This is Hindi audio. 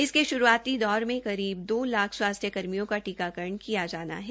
इसके श्रुआती दौर में करीब दो लाख स्वास्थ्य कर्मियों का पीकाकरण किया जाना है